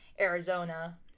arizona